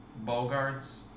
Bogarts